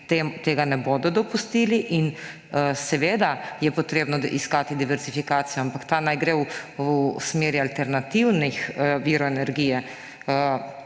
tega ne bodo dopustili. In seveda je treba iskati diverzifikacijo, ampak ta naj gre v smeri alternativnih virov energije.